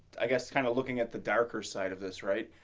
i guess kind of looking at the darker side of this. right.